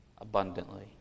abundantly